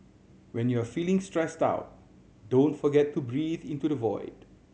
when you are feeling stressed out don't forget to breathe into the void